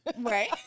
Right